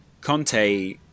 Conte